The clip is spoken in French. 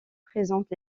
présentent